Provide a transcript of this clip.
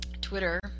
Twitter